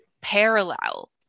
parallel